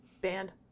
Band